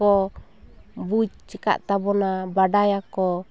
ᱠᱚ ᱵᱩᱡᱽ ᱟᱠᱟᱫ ᱛᱟᱵᱚᱱᱟ ᱵᱟᱰᱟᱭᱟᱠᱚ